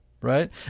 Right